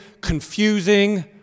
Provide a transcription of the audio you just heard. confusing